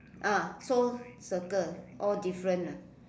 ah so circle all different ah